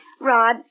Rod